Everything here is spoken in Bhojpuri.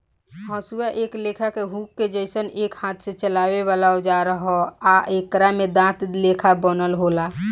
हसुआ एक लेखा के हुक के जइसन एक हाथ से चलावे वाला औजार ह आ एकरा में दांत लेखा बनल होला